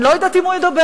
אני לא יודעת אם הוא ידבר,